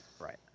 Right